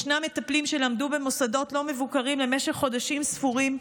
ישנם מטפלים שלמדו במוסדות לא מבוקרים למשך חודשים ספורים,